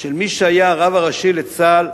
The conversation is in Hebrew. של מי שהיה הרב הראשי לצה"ל,